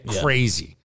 crazy